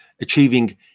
achieving